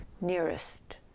nearest